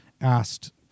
asked